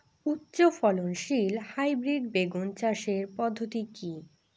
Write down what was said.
উচ্চ ফলনশীল হাইব্রিড বেগুন চাষের পদ্ধতি কী?